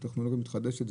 הטכנולוגיה מתחדשת,